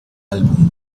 álbum